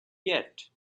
yet